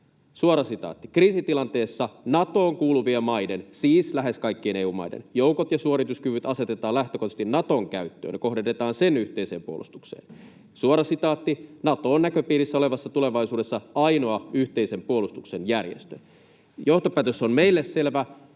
Suora sitaatti: ”Kriisitilanteessa Natoon kuuluvien maiden” — siis lähes kaikkien EU-maiden — ”joukot ja suorituskyvyt asetetaan lähtökohtaisesti Naton käyttöön, kohdennetaan sen yhteiseen puolustukseen.” Suora sitaatti: ”Nato on näköpiirissä olevassa tulevaisuudessa ainoa yhteisen puolustuksen järjestö.” Johtopäätös on meille selvä.